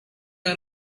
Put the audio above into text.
are